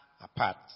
apart